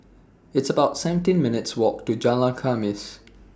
It's about seventeen minutes' Walk to Jalan Khamis